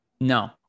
No